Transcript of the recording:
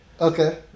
Okay